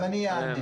אז אני אענה.